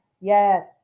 yes